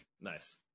Nice